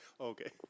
Okay